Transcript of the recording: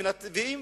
המנתבים,